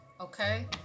okay